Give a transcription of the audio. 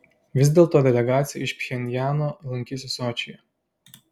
vis dėl to delegacija iš pchenjano lankysis sočyje